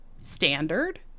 standard